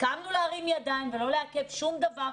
הסכמנו להרים ידיים ולא לעכב שום דבר,